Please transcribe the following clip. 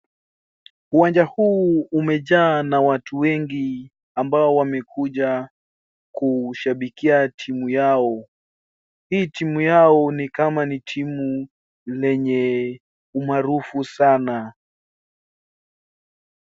Uwanja huu umejaa na watu wengi ambao wamekuja kushabikia timu yao, hii timu yao ni kama ni timu lenye umaarufu sana.